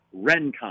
Rencon